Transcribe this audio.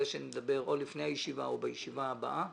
שנדבר עליהם או לפני הישיבה או בישיבה הבאה.